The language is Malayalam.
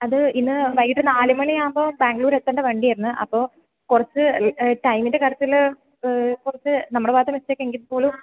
അത് ഇന്നു വൈകീട്ട് നാല് മണിയാകുമ്പോൾ ബാംഗ്ലൂർ എത്തേണ്ട വണ്ടിയായിരുന്നു അപ്പോൾ കുറച്ച് ടൈമിൻ്റെ കാര്യത്തിൽ കുറച്ച് നമ്മളുടെ ഭാഗത്താണ് മിസ്റ്റേക്ക് എങ്കിൽ പോലും